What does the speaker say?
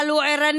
אבל הוא ערני.